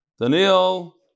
Daniel